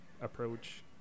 approach